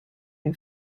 the